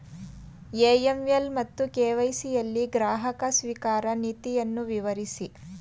AML ಮತ್ತು KYC ಯಲ್ಲಿ ಗ್ರಾಹಕ ಸ್ವೀಕಾರ ನೀತಿಯನ್ನು ವಿವರಿಸಿ?